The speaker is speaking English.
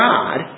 God